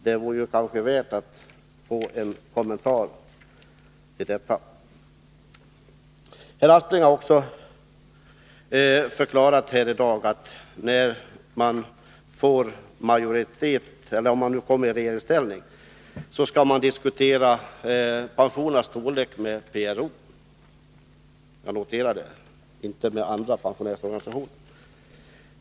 Det vore värdefullt att få en kommentar till detta. Herr Aspling har även förklarat här att socialdemokraterna, om de kommer i regeringsställning, skall diskutera pensionernas storlek med PRO. Jag noterar detta — alltså inte med andra pensionärsorganisationer.